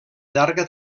llarga